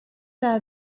are